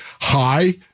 high